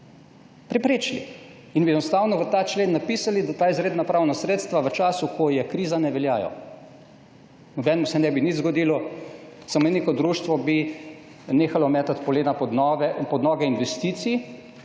preprečili in bi enostavno v ta člen napisali, da ta izredna pravna sredstva v času, ko je kriza, ne veljajo. Nobenemu se ne bi nič zgodilo, samo neko društvo bi nehalo metati polena pod noge investiciji,